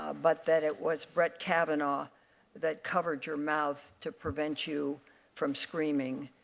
but that it was brett kavanaugh that covered your mouth to prevent you from screaming,